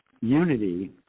unity